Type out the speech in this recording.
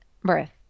birth